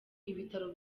ibitaro